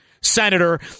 senator